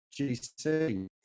GC